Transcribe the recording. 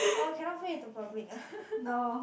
oh you cannot put it into public ah